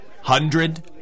hundred